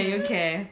okay